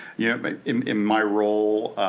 yeah but in in my role,